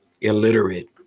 illiterate